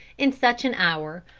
in such an hour,